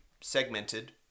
segmented